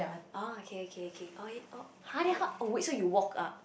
oh okay okay okay oh yeah oh !huh! then how so you walk up